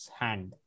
hand